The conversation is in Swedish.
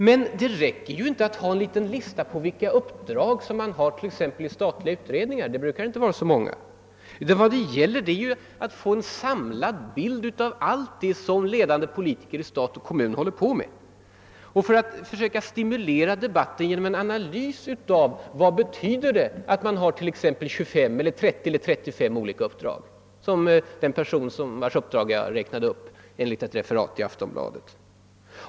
Men det räcker inte att ha en lista över uppdrag t.ex. i statliga utredningar; de uppdragen brukar inte vara så många. Det gäller att få en samlad bild av allt det som ledande politiker i stat och kommun håller på med. Man bör försöka stimulera till debatt genom att analysera vad det betyder att en politiker har 25—30—35 olika uppdrag såsom den person vilkens uppdrag jag räknade upp från ett referat i Aftonbladet.